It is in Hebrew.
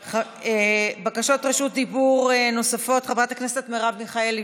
בקשות רשות דיבור נוספות: חברת הכנסת מרב מיכאלי,